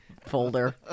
folder